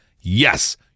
yes